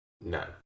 No